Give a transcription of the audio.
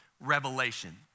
revelation